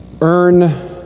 Earn